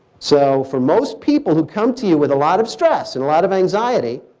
so for most people who come to you with a lot of stress and a lot of anxiety,